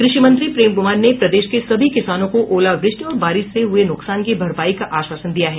कृषि मंत्री प्रेम कुमार ने प्रदेश के सभी किसानों को ओलावृष्टि और बारिश से हुए नुकसान की भरपाई का आश्वासन दिया है